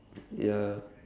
ya